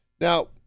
Now